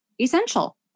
essential